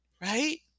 right